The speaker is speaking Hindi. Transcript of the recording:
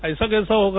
ऐसा कैसे होगा